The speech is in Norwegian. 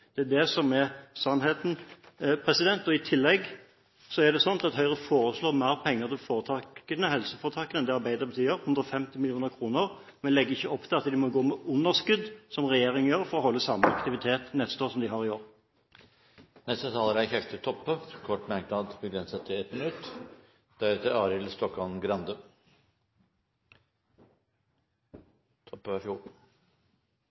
Det er det som er sannheten. I tillegg er det sånn at Høyre foreslår mer penger til helseforetakene enn det Arbeiderpartiet gjør, 150 mill. kr. Vi legger ikke opp til at de må gå med underskudd, som regjeringen gjør, for å holde samme aktivitet neste år som de har i år. Representanten Kjersti Toppe har hatt ordet to ganger og får ordet til en kort merknad, begrenset til 1 minutt.